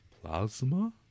Plasma